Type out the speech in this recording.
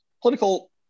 political